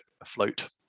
afloat